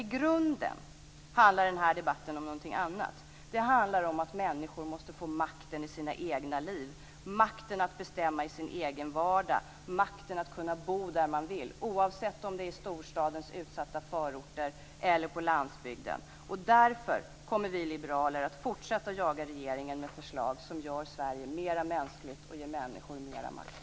I grunden handlar den här debatten dock om någonting annat: om att människor måste få makten i sina egna liv - makten att bestämma i sin egen vardag, t.ex. makten att kunna bo där man vill, oavsett om det är i storstadens utsatta förorter eller på landsbygden. Därför kommer vi liberaler att fortsätta att jaga regeringen med förslag som gör Sverige mera mänskligt och som ger människor mera makt.